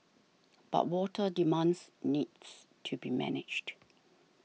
but water demands needs to be managed